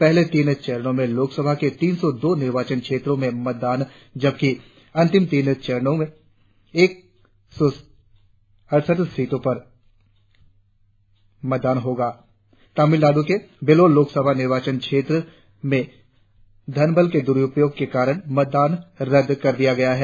पहले तीन चरणों मे लोकसभा के तीन सौ दो निर्वाचन क्षेत्रों में मतदान जबकि अंतिम तीन चरणों में एक सौ अड़सठ सीटों पर मतदान होगा तामिलनाडू के वैल्लोर लोकसभा निर्वाचन क्षेत्र में धनबल के दुरुपयोग के कारण मतदान रद्द कर दिया गया था